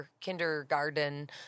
kindergarten